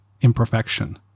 imperfection